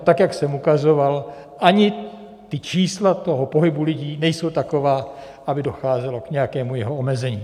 Tak, jak jsem ukazoval, ani čísla toho pohybu lidí nejsou taková, aby docházelo k nějakému jeho omezení.